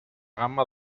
gamma